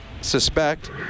suspect